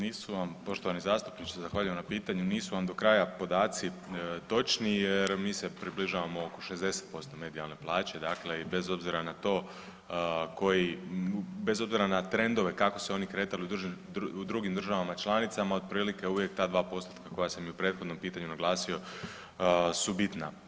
Nisu vam, poštovani zastupniče, zahvaljujem na pitanju, nisu vam do kraja podaci točni jer mi se približavamo 60% medijalne plaće, dakle bez obzira na to koji, bez obzira na trendove kako se oni kretali u drugim državama članicama, otprilike uvijek ta dva postotka koja sam i u prethodnom pitanju naglasio su bitna.